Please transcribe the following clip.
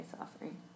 offering